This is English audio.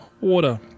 water